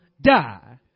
die